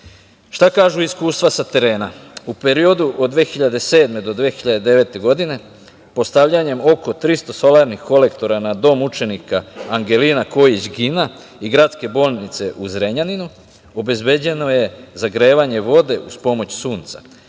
Šta kažu iskustva sa terena?U periodu od 2007. do 2009. godine postavljanjem oko 300 solarnih kolektora na Dom učenika "Angelina Kojić Gina" i Gradske bolnice u Zrenjaninu obezbeđeno je zagrevanje vode uz pomoć